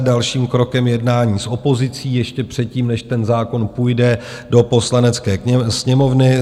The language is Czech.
Dalším krokem je jednání s opozicí ještě předtím, než zákon půjde do Poslanecké sněmovny.